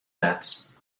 debts